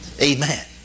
Amen